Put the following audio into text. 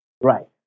Right